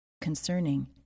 concerning